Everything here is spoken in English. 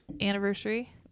anniversary